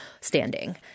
standing